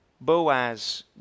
Boaz